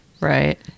Right